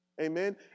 Amen